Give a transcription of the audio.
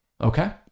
Okay